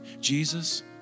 Jesus